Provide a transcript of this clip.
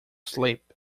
sleep